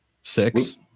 Six